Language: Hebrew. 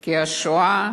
כי השואה